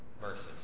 verses